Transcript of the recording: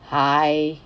hi